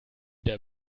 der